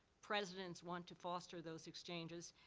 presidents want to foster those exchanges.